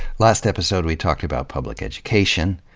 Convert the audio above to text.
last episode we talked about public education.